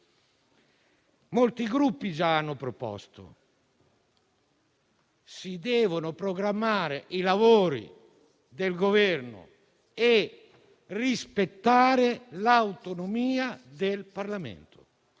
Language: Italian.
molti Gruppi già hanno sollevato: si devono programmare i lavori del Governo e rispettare l'autonomia del Parlamento.